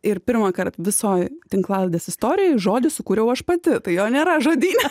ir pirmąkart visoj tinklalaidės istorijoj žodis kuriau aš pati tai jo nėra žodyne